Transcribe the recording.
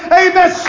amen